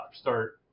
start